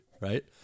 right